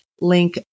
link